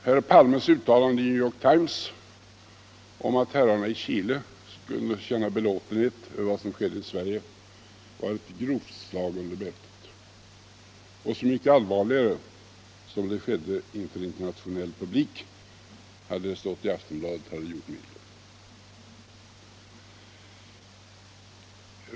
Herr Palmes uttalande i New York Times om att herrarna i Chile skulle känna belåtenhet över vad som skedde i Sverige var ett grovt slag under bältet och dessutom så mycket allvarligare som det gjordes inför internationell publik; hade det stått i Aftonbladet hade det gjort mycket mindre skada.